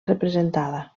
representada